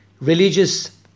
Religious